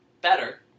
Better